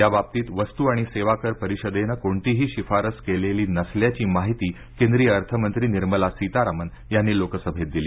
याबाबतीत वस्तू आणि सेवाकर परिषदेनं कोणतीही शिफारस केली नसल्याची माहिती केंद्रीय अर्थमंत्री निर्मला सीतारामन यांनी लोकसभेत दिली